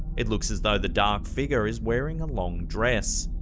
it looks as though the dark figure is wearing a long dress.